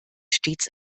stets